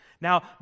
Now